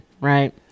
right